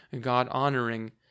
God-honoring